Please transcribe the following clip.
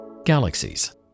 Galaxies